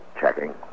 checking